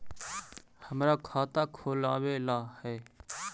हमरा खाता खोलाबे ला है?